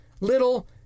little